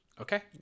Okay